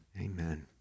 Amen